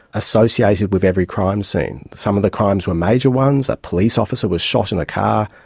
associated with every crime scene. some of the crimes were major ones. a police officer was shot in a car,